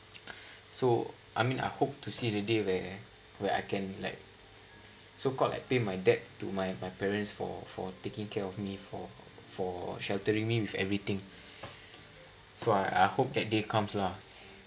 so I mean I hope to see the day where I can like so called like pay my debt to my my parents for for taking care of me for for sheltering me with everything so I I hope that day comes lah